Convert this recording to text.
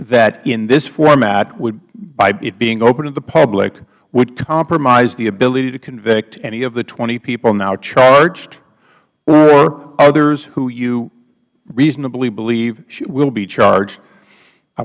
that in this format would by it being open to the public would compromise the ability to convict any of the twenty people now charged or others who you reasonably believe will be charged i